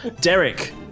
Derek